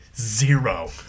zero